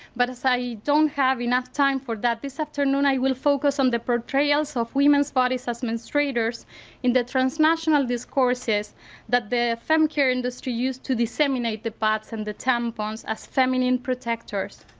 but as i ah yeah don't have enough time for that this afternoon i will focus on the portrayals of women's bodies as menstruators in the transnational discourses that the femcare industry used to disseminate the pads and the tampons as feminine protectors.